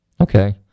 Okay